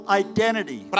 identity